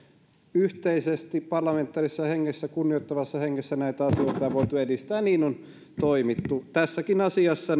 yhteisesti parlamentaarisessa hengessä kunnioittavassa hengessä näitä asioita on voitu edistää ja niin on toimittu näen että tässäkin asiassa